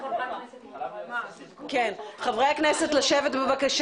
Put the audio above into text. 15:43.) חברי הכנסת, לשבת, בבקשה.